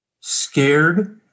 scared